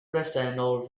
bresennol